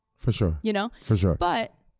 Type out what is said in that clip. for sure, you know for sure. but,